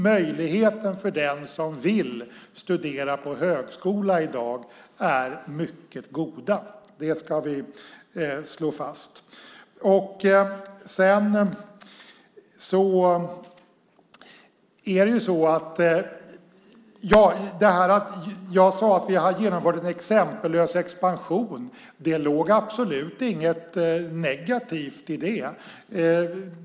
Möjligheterna för den som vill studera på högskola i dag är mycket goda. Det ska vi slå fast. Jag sade att vi har genomfört en exempellös expansion. Det låg absolut inte något negativt i det.